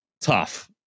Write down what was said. tough